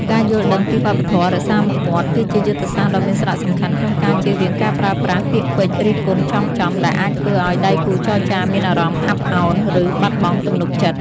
ការយល់ដឹងពីវប្បធម៌ "រក្សាមុខមាត់" គឺជាយុទ្ធសាស្ត្រដ៏មានសារៈសំខាន់ក្នុងការជៀសវាងការប្រើប្រាស់ពាក្យពេចន៍រិះគន់ចំៗ ដែលអាចធ្វើឱ្យដៃគូចរចាមានអារម្មណ៍អាប់ឱន ឬបាត់បង់ទំនុកចិត្ត។